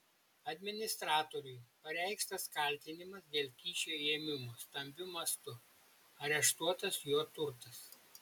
administratoriui pareikštas kaltinimas dėl kyšio ėmimo stambiu mastu areštuotas jo turtas